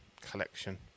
collection